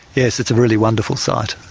yes, it's a really wonderful sight,